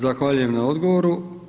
Zahvaljujem na odgovoru.